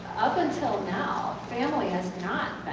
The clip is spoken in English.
up until now, family has not